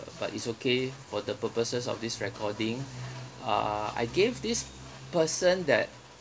but it's okay for the purposes of this recording uh I gave this person that